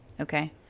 Okay